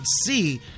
see